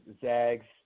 Zags